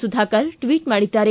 Sudhakar tweet ಮಾಡಿದ್ದಾರೆ